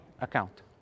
account